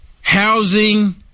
housing